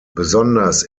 besonders